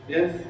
Yes